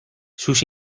sus